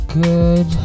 good